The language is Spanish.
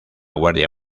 guardia